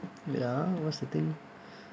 wait ah what's the thing